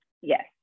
Yes